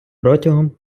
протягом